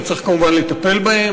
אז צריך כמובן לטפל בהם,